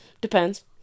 Depends